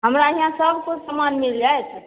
हमरा हियाँ सब किछु समान मिल जाएत